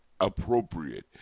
appropriate